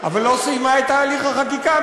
אבל לא סיימה את הליך החקיקה,